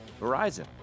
Verizon